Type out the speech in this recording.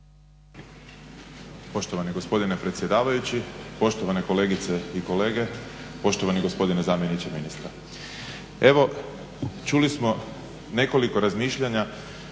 Poštovani gospodine predsjedavajući, poštovane kolegice i kolege, poštovani gospodine zamjeniče ministra. Evo čuli smo nekoliko razmišljanja